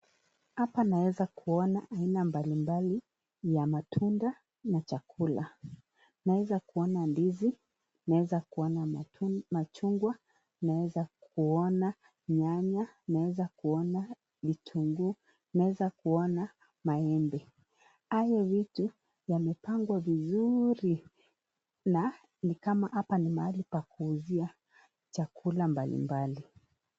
Hapa naweza Kuona aina mbalimbali ya matunda na chakula. Naeza Kuona ndizi, naeza kuona machungwa, Naeza Kuona nyanya , naeza kuona vituguu, Naeza Kuona maembe. Hayo vitu yamepangwa vizuri na nikama hapa ni Mahali pa kuuzia chakula mbalimbali.